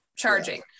Charging